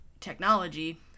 Technology